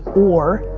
or,